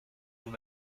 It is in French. vous